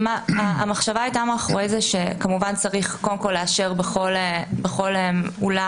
המחשבה מאחורי זה הייתה שכמובן צריך קודם כול לאשר בכל אולם